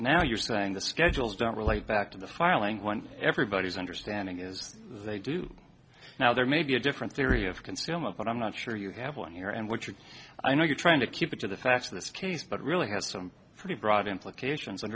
now you're saying the schedules don't relate back to the filing one everybody's understanding is they do now there may be a different theory of concealment but i'm not sure you have one here and what you're i know you're trying to keep it to the facts in this case but really has some pretty broad implications